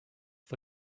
for